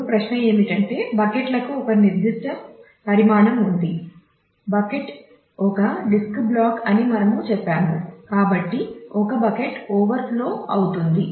ఇప్పుడు ప్రశ్న ఏమిటంటే బకెట్ల ని ఇస్తుంది